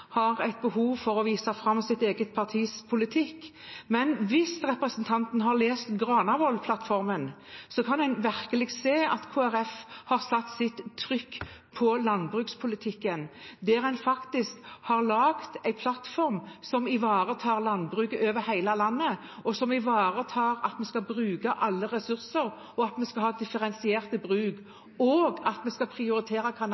har et behov for å vise fram sitt eget partis politikk, men hvis representanten hadde lest Granavolden-plattformen, hadde han virkelig sett at Kristelig Folkeparti har satt sitt avtrykk på landbrukspolitikken. En har faktisk laget en plattform som ivaretar landbruket over hele landet – som ivaretar og bruker alle ressurser, at vi skal ha et differensiert bruk, og at vi skal